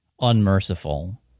Unmerciful